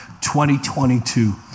2022